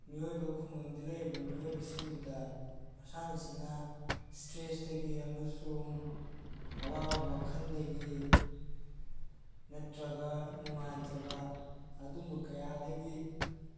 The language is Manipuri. ꯃꯤꯑꯣꯏꯕ ꯈꯨꯡꯒꯪꯗ ꯂꯩꯔꯤꯕ ꯃꯤꯑꯣꯏꯕꯁꯤꯡꯗꯨꯗ ꯃꯁꯥꯟꯅꯁꯤꯅ ꯏꯁꯇ꯭ꯔꯦꯁꯇꯒꯤ ꯑꯃꯁꯨꯡ ꯑꯋꯥꯕ ꯋꯥꯈꯜꯗꯒꯤ ꯅꯠꯇ꯭ꯔꯒ ꯅꯨꯡꯉꯥꯏꯇꯕ ꯑꯗꯨꯝꯕ ꯀꯌꯥꯗꯒꯤ